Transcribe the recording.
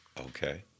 Okay